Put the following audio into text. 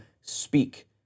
speak